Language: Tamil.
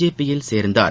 ஜேபியில் சேர்ந்தார்